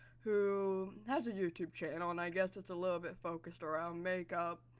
who has a youtube channel, and i guess it's a little bit focused around makeup,